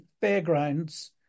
fairgrounds